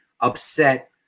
upset